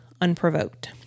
unprovoked